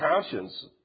conscience